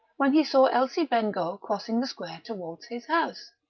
when he saw elsie bengough crossing the square towards his house.